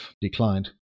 declined